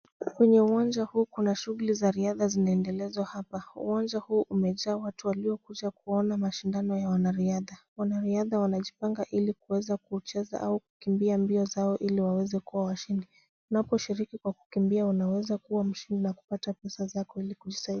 Kwenye uwanja huu kuna shughuli za zinaendelezwa hapa. Uwanja huu umejaa watu waliokuja kuona mashindano ya wanariadha. Wanariadha wanajipanga ili kuweza kucheza au kukimbia mbio zao ili waweze kuwa washindi. Unaposhiriki kwa kukimbia unaweza kuwa mshindi na kupata pesa zako ili kuweza kujisaidia.